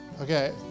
okay